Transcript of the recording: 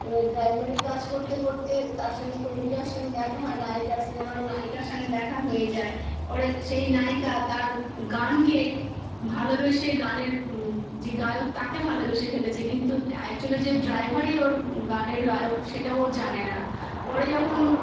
এবার ড্রাইভারির কাজ করতে করতে তার সঙ্গে তনুজার সঙ্গে দেখা হয় নায়িকার সিনেমার নায়িকার সঙ্গে দেখা হয়ে যায় পরে সেই নায়িকা তার গানকে ভালোবেসে গানের যে গায়ক তাকে ভালোবেসে ফেলেছে কিন্তু অ্যাকচুয়্যালি ড্রাইভারই ওর গানের গায়ক সেটা ও জানে না পরে যখন